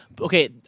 Okay